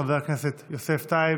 חבר הכנסת יוסף טייב,